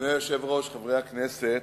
אדוני היושב-ראש, חברי הכנסת,